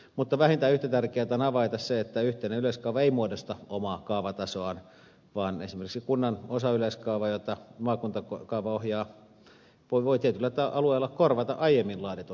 mutta vähintään yhtä tärkeätä on havaita se että yhteinen yleiskaava ei muodosta omaa kaavatasoaan vaan esimerkiksi kunnan osayleiskaava jota maakuntakaava ohjaa voi tietyillä alueilla korvata aiemmin laaditun yhteisen yleiskaavan